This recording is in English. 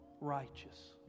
righteous